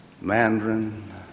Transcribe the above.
Mandarin